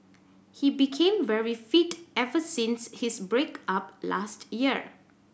he became very fit ever since his break up last year